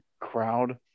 crowd